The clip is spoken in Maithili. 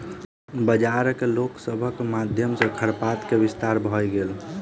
बंजारा लोक सभक माध्यम सॅ खरपात के विस्तार भ गेल